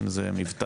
אם זה מבטא,